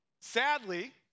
Sadly